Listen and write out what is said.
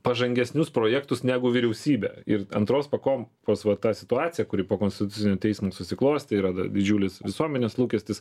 pažangesnius projektus negu vyriausybė ir antros pakopos va tą situaciją kuri po konstitucinio teismo susiklostė yra na didžiulis visuomenės lūkestis